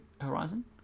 Horizon